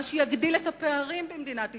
מה שיגדיל את הפערים במדינת ישראל.